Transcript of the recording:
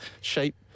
shape